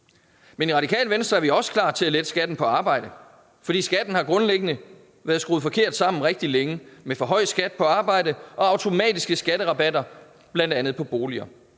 Men Radikale Venstre er også klar til at lette skatten på arbejde, for skatten har grundlæggende været skruet forkert sammen rigtig længe med for høj skat på arbejde og automatiske skatterabatter, bl.a. på boliger.